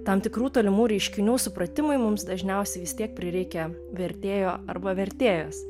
tam tikrų tolimų reiškinių supratimui mums dažniausiai vis tiek prireikia vertėjo arba vertėjos